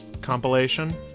compilation